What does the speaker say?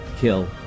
kill